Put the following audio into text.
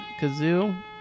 Kazoo